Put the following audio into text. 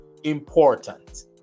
important